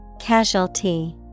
Casualty